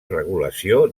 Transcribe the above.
regulació